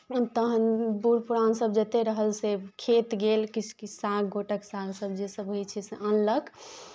तखन बूढ़ पुरानसभ जतेक रहल से खेत गेल किछु किछु साग गोटक सागसभ जेसभ होइ छै से अनलक